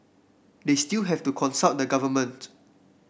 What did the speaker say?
they still have to consult the government